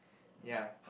ya